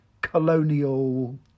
colonial